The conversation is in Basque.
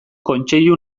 kontseilu